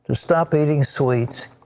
stop eating sweets,